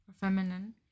Feminine